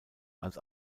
als